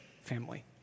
family